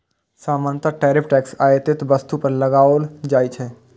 सामान्यतः tariff tax आयातित वस्तु पर लगाओल जाइ छै